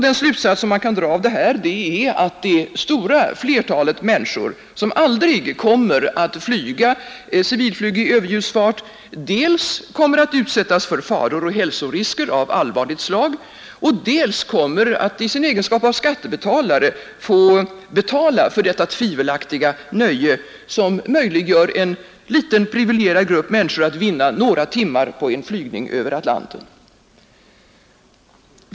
Den slutsats man kan dra är att det stora flertalet människor, som aldrig kommer att flyga civilflyg i överljudsfart, dels kommer att utsättas för faror och hälsorisker av allvarligt slag, dels kommer att i sin egenskap av skattebetalare få betala för detta tvivelaktiga nöje som möjliggör för en liten privilegierad grupp människor att vinna några timmar på en flygning över Atlanten.